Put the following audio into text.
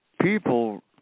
people